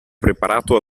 preparato